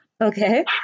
okay